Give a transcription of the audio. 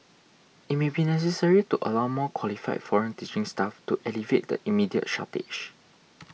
it may be necessary to allow more qualified foreign teaching staff to alleviate the immediate shortage